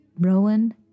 rowan